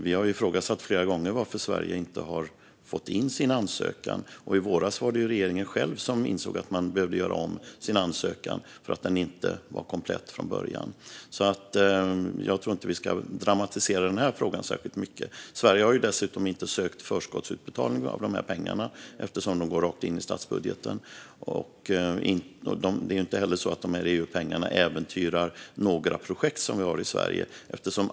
Vi i Moderaterna har flera gånger ifrågasatt varför Sverige inte har fått in sin ansökan. I våras var det regeringen själv som insåg att man behövde göra om ansökan eftersom den inte var komplett från början. Jag tror inte att vi ska dramatisera den här frågan särskilt mycket. Sverige har dessutom inte sökt förskottsutbetalning av dessa pengar, eftersom de går rakt in i statsbudgeten. Det är ju inte heller så att de här EU-pengarna äventyrar några projekt som vi har i Sverige.